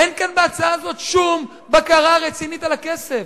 אין כאן בהצעה הזאת שום בקרה רצינית על הכסף.